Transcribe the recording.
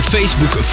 Facebook